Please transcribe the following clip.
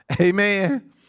amen